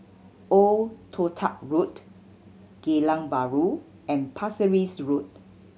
Old Toh Tuck Road Geylang Bahru and Pasir Ris Road